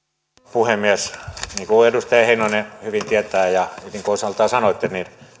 puhemies niin kuin edustaja heinonen hyvin tietää ja niin kuin osaltaan sanoitte